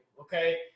okay